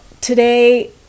today